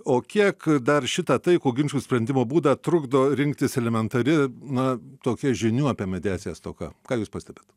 o kiek dar šitą taikų ginčų sprendimo būdą trukdo rinktis elementari na tokia žinių apie mediaciją stoka ką jūs pastebit